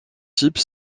type